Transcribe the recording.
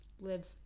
live